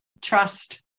Trust